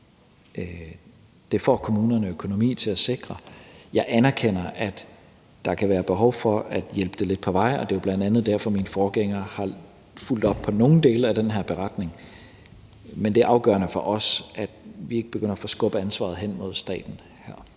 det får kommunerne økonomi til at sikre. Jeg anerkender, at der kan være behov for at hjælpe det lidt på vej, og det er bl.a. derfor, min forgænger har fulgt op på nogle dele af den her beretning. Men det er afgørende for os, at vi ikke begynder at forskubbe ansvaret hen mod staten her.